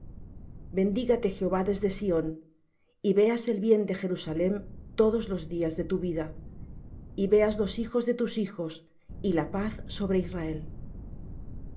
bendígate jehová desde sión y veas el bien de jerusalem todos los días de tu vida y veas los hijos de tus hijos y la paz sobre israel